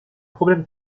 problème